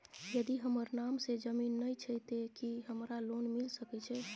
यदि हमर नाम से ज़मीन नय छै ते की हमरा लोन मिल सके छै?